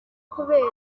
kubera